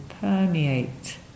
permeate